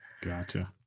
Gotcha